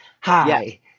Hi